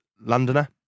Londoner